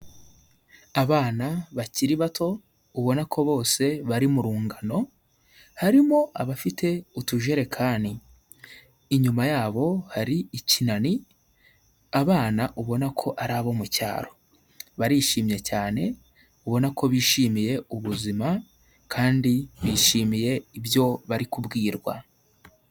Abana bakiri bato ubona ko bose bari mu rungano, harimo abafite utujerekani, inyuma yabo hari ikinani abana ubona ko ari abo mu cyaro, barishimye cyane ubona ko bishimiye ubuzima kandi bishimiye ibyo bari kubwirwa.